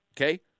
Okay